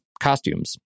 costumes